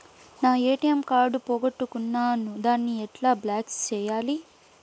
నా ATM card పోగొట్టుకున్నాను, దాన్ని ఎట్లా బ్లాక్ సేయాలి?